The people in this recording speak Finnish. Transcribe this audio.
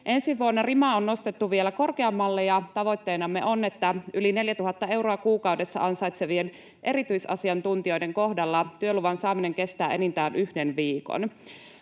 Ensi vuonna rima on nostettu vielä korkeammalle, ja tavoitteenamme on, että yli 4 000 euroa kuukaudessa ansaitsevien erityisasiantuntijoiden kohdalla työluvan saaminen kestää enintään yhden viikon.